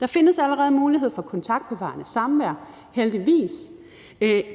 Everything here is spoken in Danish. Der findes allerede mulighed for kontaktbevarende samvær, heldigvis.